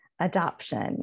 adoption